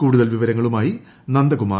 കൂടുതൽ വിവരങ്ങളുമായി നന്ദകുമാർ